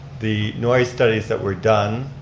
the noise studies that were done,